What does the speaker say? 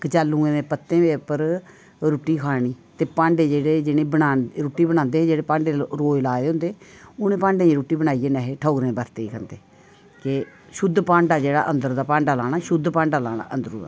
कचालुएं दे पत्तें दे उप्पर रुट्टी खानी ते भांडे जेह्ड़े जिंदे च रुट्टी बनांदे हे भांडे रोज लाए दे होंदे उ'नें भांडें च रुट्टी बनाइयै नेह् खंदे के शुद्ध भांडा जेह्ड़ा अंदर दा भांडा लाना शुद्ध भांडा लाना अंदरा दा